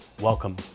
welcome